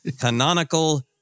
canonical